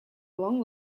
long